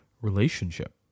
relationship